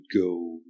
go